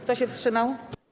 Kto się wstrzymał?